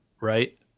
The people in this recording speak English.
right